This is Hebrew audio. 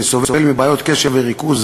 אני סובל מבעיות קשב וריכוז,